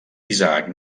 isaac